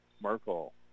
Merkel